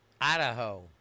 Idaho